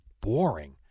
boring